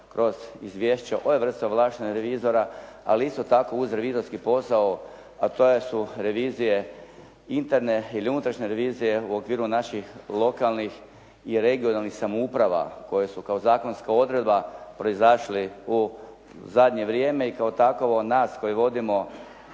razumije./… ovlaštenog revizora ali isto tako uz revizorski posao a te su revizije interne ili unutrašnje revizije u okviru naših lokalnih i regionalnih samouprava koje su kao zakonska odredba proizašli u zadnje vrijeme i kao takovo nas koji vodimo